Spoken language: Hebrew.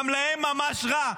גם להם ממש רע.